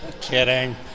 Kidding